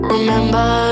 Remember